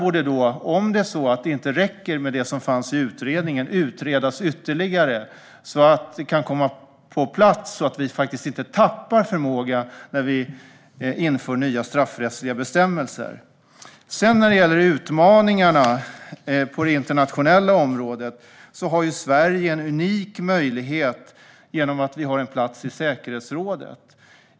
Om det är så att det inte räcker med det som fanns i utredningen måste det utredas ytterligare så att det kan komma på plats, så att vi inte tappar förmåga när vi inför nya straffrättsliga bestämmelser. När det gäller utmaningarna på det internationella området har Sverige en unik möjlighet genom att vi har en plats i säkerhetsrådet.